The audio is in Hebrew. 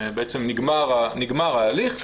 בעצם נגמר ההליך.